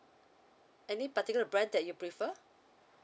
any particular brand that you prefer